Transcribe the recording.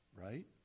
Right